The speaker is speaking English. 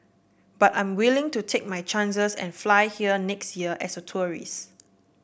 but I'm willing to take my chances and fly here next year as a tourist